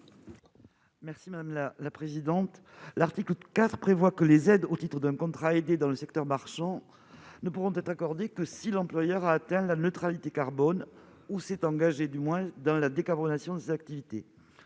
Merci madame la la présidente l'article 4 prévoit que les aides au titre d'un contrat aidé dans le secteur marchand ne pourront être accordées que si l'employeur a atteint la neutralité carbone ou s'est engagé, du moins dans la décarbonation ses activités,